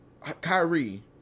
Kyrie